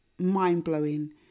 mind-blowing